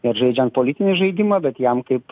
ir žaidžiant politinį žaidimą bet jam kaip